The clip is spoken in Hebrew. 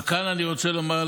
וכאן אני רוצה לומר,